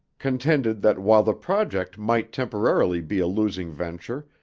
contended that while the project might temporarily be a losing venture,